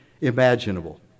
imaginable